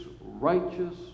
righteous